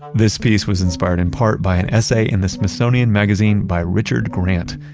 this piece was inspired in part by an essay in the smithsonian magazine by richard grant.